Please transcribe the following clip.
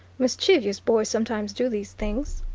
mischievous boys sometimes do these things.